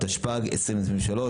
התשפ"ג-2023,